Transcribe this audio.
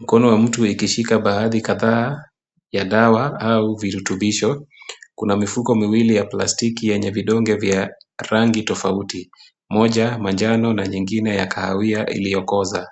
Mkono wa mtu ikishika baadhi kadhaa ya dawa au virutubisho. Kuna mifuko miwili ya plastiki yenye vidonge vya rangi tofauti. Moja manjano na nyingine ya kahawia iliyokoza.